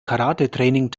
karatetraining